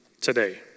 today